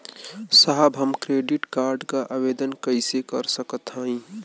साहब हम credit card क आवेदन कइसे कर सकत हई?